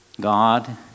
God